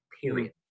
period